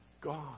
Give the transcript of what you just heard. God